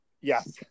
Yes